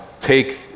take